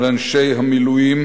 על אנשי המילואים,